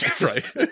Right